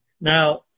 Now